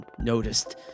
noticed